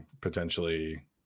potentially